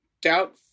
doubt